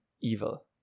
evil